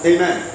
Amen